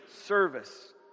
service